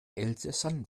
elsässern